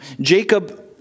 Jacob